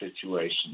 situation